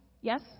Yes